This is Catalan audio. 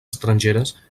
estrangeres